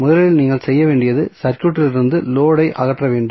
முதலில் நீங்கள் செய்ய வேண்டியது சர்க்யூட்டிலிருந்து லோடு ஐ அகற்ற வேண்டும்